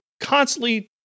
constantly